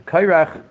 Kairach